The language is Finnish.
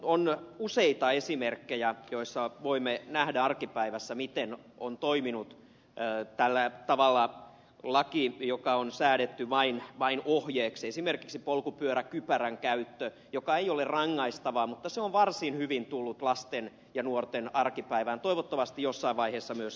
on useita esimerkkejä joista voimme nähdä arkipäivässä miten on toiminut tällä tavalla laki joka on säädetty vain ohjeeksi esimerkiksi polkupyöräkypärän käyttöä koskeva laki jonka rikkominen ei ole rangaistavaa mutta se on varsin hyvin tullut lasten ja nuorten arkipäivään toivottavasti jossain vaiheessa myös aikuisten